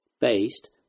based